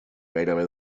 gairebé